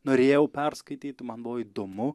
norėjau perskaityti man buvo įdomu